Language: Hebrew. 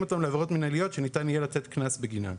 אותן לעבירות מנהליות שניתן יהיה לתת קנס בגינן.